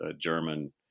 German